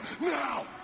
now